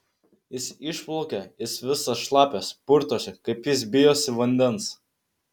jis išplaukė jis visas šlapias purtosi kaip jis bijosi vandens